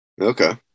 Okay